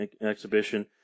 exhibition